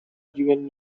given